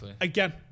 Again